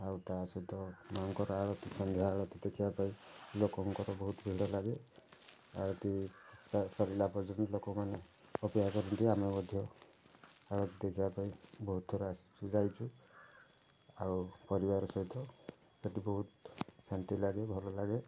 ଆଉ ତା ସହିତ ମାଁ'ଙ୍କର ଆଳତୀ ସଂଧ୍ୟା ଆଳତୀ ଦେଖିବାପାଇଁ ଲୋକଙ୍କର ବହୁତ ଭିଡ଼ ଲାଗେ ଆଳତୀ ସରିଲା ପର୍ଯ୍ୟନ୍ତ ଲୋକମାନେ ଅପେକ୍ଷା କରନ୍ତି ଆମେ ମଧ୍ୟ ଆଳତୀ ଦେଖିବାପାଇଁ ବହୁତଥର ଆସିଛୁ ଯାଇଛୁ ଆଉ ପରିବାର ସହିତ ସେଠି ବହୁତ ଶାନ୍ତି ଲାଗେ ଭଲଲାଗେ